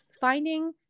finding